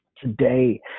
Today